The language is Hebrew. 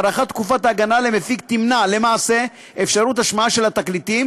הארכת תקופת ההגנה למפיק תמנע למעשה אפשרות השמעה של התקליטים,